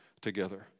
together